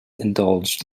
indulged